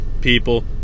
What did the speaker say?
people